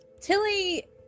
Tilly